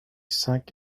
cinq